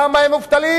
למה הם מובטלים?